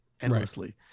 endlessly